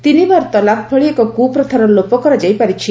ତିନିବାର ତଲାକ ଭଳି ଏକ କୁପ୍ରଥାର ଲୋପ କରାଯାଇ ପାରିଛି